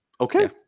Okay